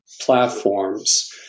platforms